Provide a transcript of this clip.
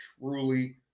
truly